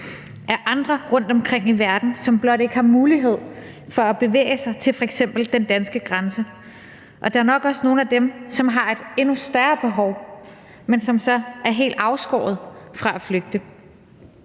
er andre rundtomkring i verden, som blot ikke har mulighed for at bevæge sig til f.eks. den danske grænse, og der er nok også nogle af dem, som har et endnu større behov, men som så er helt afskåret fra at flygte.